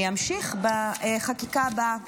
אני אמשיך בחקיקה הבאה.